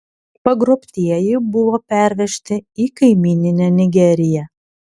pagrobtieji buvo pervežti į kaimyninę nigeriją